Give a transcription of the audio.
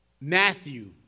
Matthew